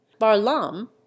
Barlam